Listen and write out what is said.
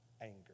anger